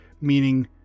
meaning